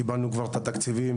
קיבלנו את התקציבים,